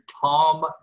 Tom